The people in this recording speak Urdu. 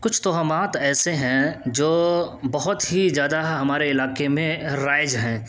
کچھ توہمات ایسے ہیں جو بہت ہی زیادہ ہمارے علاقے میں رائج ہیں